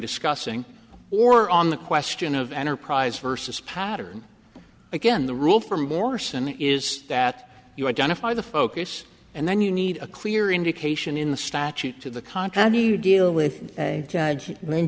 discussing or on the question of enterprise versus pattern again the rule for morrison is that you identify the focus and then you need a clear indication in the statute to the contrary you deal with a judge when